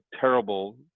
terrible